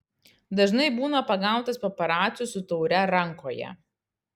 dažnai būna pagautas paparacių su taure rankoje